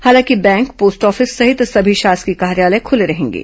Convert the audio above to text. हालांकि bank post office सहित सभी शासकीय कार्यालय खुले रहेंगे